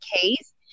case